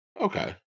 Okay